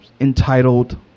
entitled